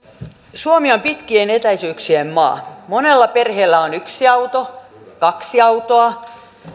suomi on pitkien etäisyyksien maa monella perheellä on yksi auto kaksi autoa